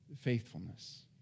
faithfulness